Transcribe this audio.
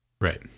Right